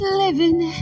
living